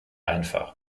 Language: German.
einfach